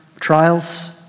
trials